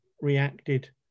reacted